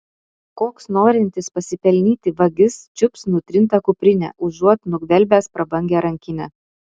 koks norintis pasipelnyti vagis čiups nutrintą kuprinę užuot nugvelbęs prabangią rankinę